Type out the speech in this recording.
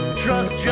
trust